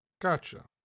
Gotcha